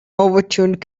overturned